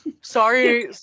Sorry